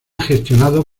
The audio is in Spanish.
gestionado